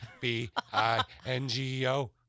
B-I-N-G-O